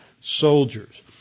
soldiers